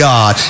God